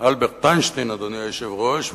אלברט איינשטיין, אדוני היושב-ראש.